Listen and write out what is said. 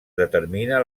determina